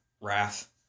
wrath